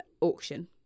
auction